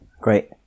Great